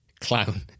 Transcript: clown